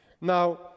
Now